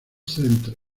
centre